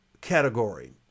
category